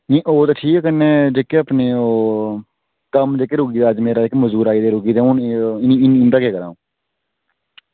ओह् ते ठीक कन्नै जेह्के अपने ओह् जेह्के मजूर मेरे रुकी गेदे इंदा केह् करङ